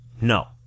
No